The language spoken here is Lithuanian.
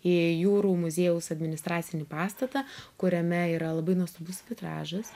į jūrų muziejaus administracinį pastatą kuriame yra labai nuostabus vitražas